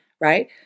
right